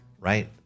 Right